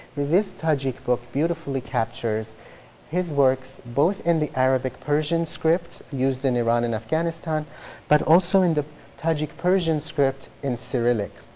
this tajik book beautifully captures his works both in the arabic persian script used in iran and afghanistan but also in the tajik persian script in cyrillic.